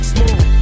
Smooth